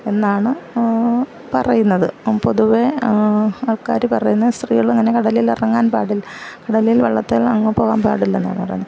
എന്നാണ് പറയുന്നത് പൊതുവേ ആൾക്കാര് പറയുന്നത് സ്ത്രീകള് അങ്ങനെ കടലിൽ ഇറങ്ങാൻ പാടില്ല കടലിൽ വള്ളത്തേൽ അങ്ങ് പോകാൻ പാടില്ലെന്നാണ് പറയുന്ന്